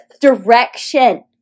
direction